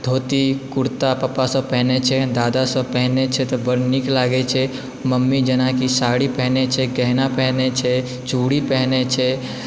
धोती कुर्ता पपासभ पहिनय छै दादासभ पहिनय छै तऽ बड्ड नीक लागै छै मम्मी जेनाकि साड़ी पहिनय छै गहना पहिनय छै चूड़ी पहिनय छै